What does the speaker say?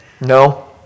No